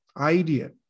idea